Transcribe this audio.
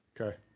Okay